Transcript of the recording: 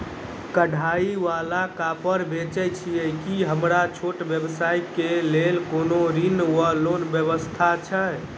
कढ़ाई वला कापड़ बेचै छीयै की हमरा छोट व्यवसाय केँ लेल कोनो ऋण वा लोन व्यवस्था छै?